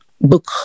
book